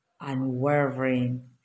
unwavering